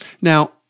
Now